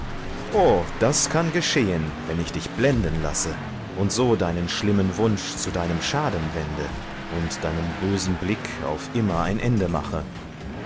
o das kann geschehen wenn ich dich blenden lasse und so deinen schlimmen wunsch zu deinem schaden wende und deinem bösen blick auf immer ein ende mache